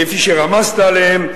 כפי שרמזת עליהם,